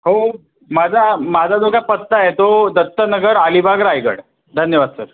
हो माझा माझा जो काय पत्ता आहे तो दत्तनगर अलीबाग रायगड धन्यवाद सर